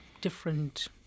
different